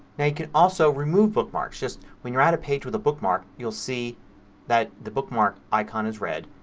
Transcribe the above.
now you can also remove bookmarks. just when you're at a page with a bookmark you'll see that the bookmark icon is red.